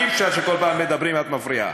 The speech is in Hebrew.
אי-אפשר שכל פעם מדברים ואת מפריעה.